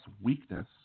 weakness